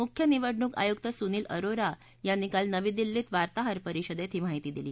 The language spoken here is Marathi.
मुख्य निवडणूक आयुक्त सुनील अरोरा यांनी काल नवी दिल्लीत वार्ताहर परिषदेत ही माहिती दिली